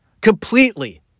Completely